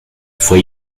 fue